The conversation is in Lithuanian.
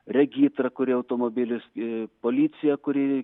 regitra kuri automobilius policija kuri